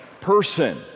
person